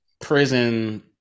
prison